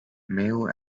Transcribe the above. male